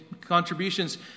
contributions